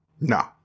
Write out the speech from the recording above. No